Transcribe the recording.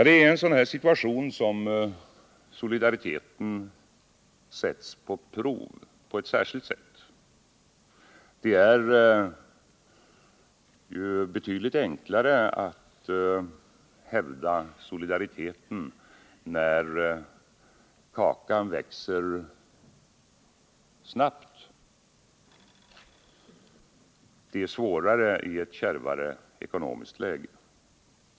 Det är i en sådan situation som solidariteten sätts på prov på ett särskilt vis. Det är ju betydligt enklare att hävda solidariteten när kakan växer snabbt än att göra det i ett kärvare ekonomiskt läge.